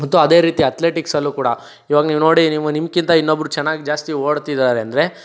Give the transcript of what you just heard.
ಮತ್ತು ಅದೇ ರೀತಿ ಅತ್ಲೆಟಿಕ್ಸಲ್ಲೂ ಕೂಡ ಇವಾಗ ನೀವು ನೋಡಿ ನೀವು ನಿಮಗಿಂತ ಇನ್ನೊಬ್ಬರು ಚೆನ್ನಾಗಿ ಜಾಸ್ತಿ ಓಡ್ತಿದ್ದಾರೆ ಅಂದರೆ